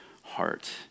heart